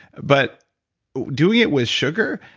but doing it with sugar,